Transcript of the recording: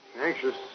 Anxious